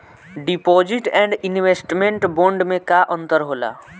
Deposit and investment bond मे का अंतर होला?